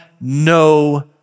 no